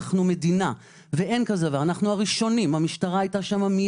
אנחנו מדינה ואנחנו הראשונים להיות שם.